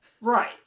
Right